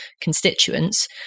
constituents